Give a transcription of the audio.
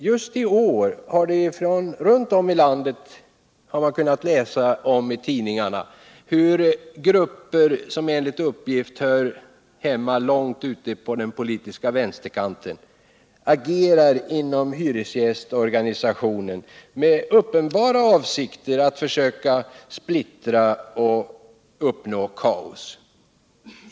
Just i år har vi kunnat läsa i tidningarna om hur grupper runt om i landet, som enligt uppgift hör hemma långt ute på den politiska vänsterkanten, agerar inom hyresgästorganisationen med uppenbara avsikter att försöka splittra och skapa kaos.